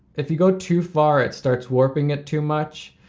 if you go too far, it starts warping it too much,